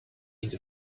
into